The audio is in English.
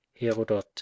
Herodot